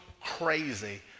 crazy